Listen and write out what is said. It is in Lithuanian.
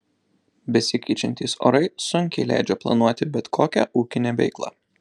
besikeičiantys orai sunkiai leidžia planuoti bet kokią ūkinę veiklą